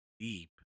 Deep